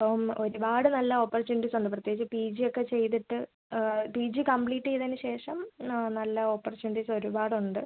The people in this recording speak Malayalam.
ഇപ്പം ഒരുപാട് നല്ല ഓപ്പർച്യൂണിറ്റീസ് ഉണ്ട് പ്രത്യേകിച്ച് പി ജി ഒക്കെ ചെയ്തിട്ട് പി ജി കമ്പ്ലീറ്റ് ചെയ്തതിനു ശേഷം നല്ല ഓപ്പർച്യൂണിറ്റീസ് ഒരുപാട് ഉണ്ട്